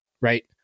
right